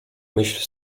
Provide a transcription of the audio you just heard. myśl